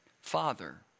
father